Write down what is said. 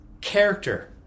character